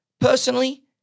personally